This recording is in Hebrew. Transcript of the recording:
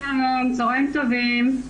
צוהריים טובים.